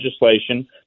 legislation